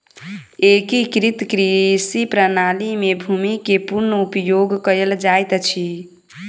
एकीकृत कृषि प्रणाली में भूमि के पूर्ण उपयोग कयल जाइत अछि